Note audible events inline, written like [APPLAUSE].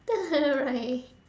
[LAUGHS] right